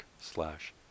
slash